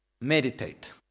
Meditate